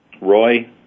Roy